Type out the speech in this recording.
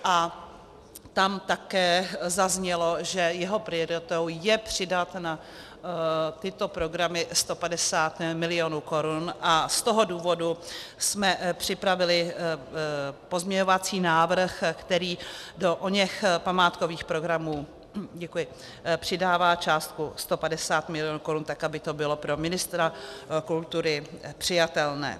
A tam také zaznělo, že jeho prioritou je přidat na tyto programy 150 mil. korun, a z toho důvodu jsme připravili pozměňovací návrh, který do oněch památkových programů přidává částku 150 mil. korun, tak aby to bylo pro ministra kultury přijatelné.